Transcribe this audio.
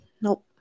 Nope